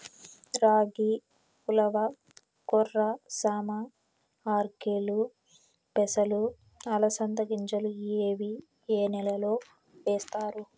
రాగి, ఉలవ, కొర్ర, సామ, ఆర్కెలు, పెసలు, అలసంద గింజలు ఇవి ఏ నెలలో వేస్తారు?